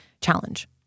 challenge